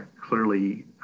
clearly